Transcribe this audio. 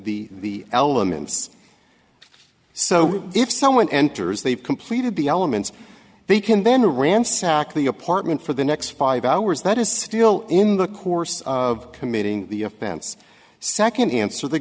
in the elements so if someone enters they've completed the elements they can then ransack the apartment for the next five hours that is still in the course of committing the offense second answer the